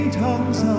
tongues